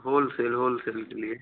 wholesale wholesale के लिए